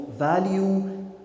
value